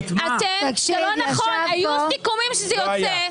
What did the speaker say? היו סיכומים שזה יוצא.